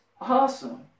awesome